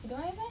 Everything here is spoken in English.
don't have meh